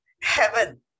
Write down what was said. heaven